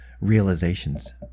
realizations